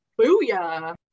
Booyah